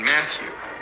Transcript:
Matthew